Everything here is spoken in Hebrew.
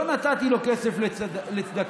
לא נתתי לו כסף לצדקה,